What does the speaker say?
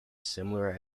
similar